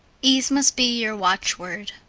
ease must be your watchword.